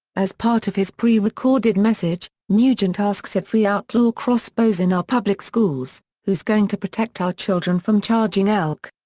as part of his pre-recorded message, nugent asks if we outlaw crossbows in our public schools, who's going to protect our children from charging elk.